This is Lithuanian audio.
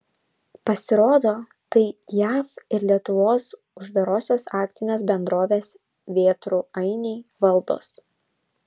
pasirodo tai jav ir lietuvos uždarosios akcinės bendrovės vėtrų ainiai valdos